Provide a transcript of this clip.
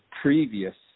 previous